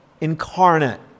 incarnate